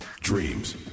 dreams